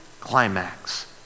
climax